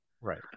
right